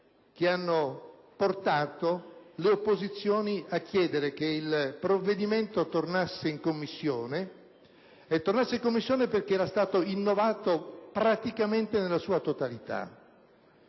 che hanno portato le opposizioni a chiedere che il provvedimento tornasse in Commissione, dal momento che era stato innovato praticamente nella sua totalità.